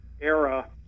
era